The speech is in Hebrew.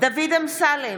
דוד אמסלם,